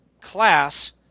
class